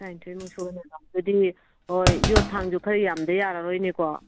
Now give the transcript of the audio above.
ꯇꯔꯥ ꯅꯤꯊꯣꯏꯃꯨꯛ ꯁꯨꯒꯅꯦꯕ ꯑꯗꯨꯗꯤ ꯍꯣꯏ ꯌꯣꯠ ꯊꯥꯡꯁꯨ ꯈꯔ ꯌꯥꯝꯗ ꯌꯥꯔꯣꯏꯅꯦꯀꯣ